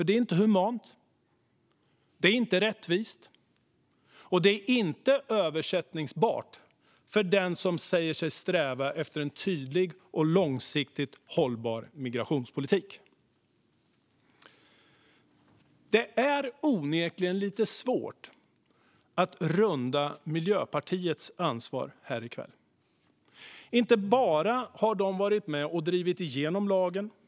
Det är inte humant, det är inte rättvist och det är inte översättningsbart för den som säger sig sträva efter en tydlig och långsiktigt hållbar migrationspolitik. Det är onekligen lite svårt att runda Miljöpartiets ansvar här i kväll. De har inte bara varit med och drivit igenom lagen.